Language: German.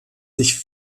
sich